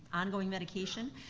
ongoing medication,